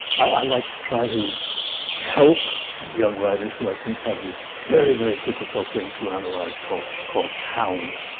i like to try to help young writers, who i think have this very, very difficult thing to analyze called called talent.